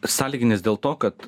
sąlyginis dėl to kad